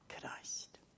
Christ